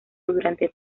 durante